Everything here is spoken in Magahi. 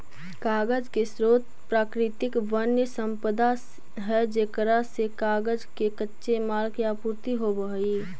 कागज के स्रोत प्राकृतिक वन्यसम्पदा है जेकरा से कागज के कच्चे माल के आपूर्ति होवऽ हई